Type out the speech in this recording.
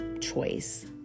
choice